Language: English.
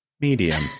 medium